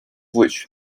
which